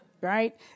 Right